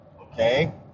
okay